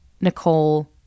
Nicole